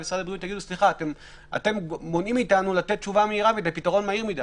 אתם מונעים מאיתנו לתת תשובה מהירה ופתרון מהיר.